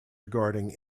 regarding